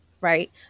right